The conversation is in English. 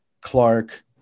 Clark